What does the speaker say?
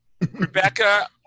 Rebecca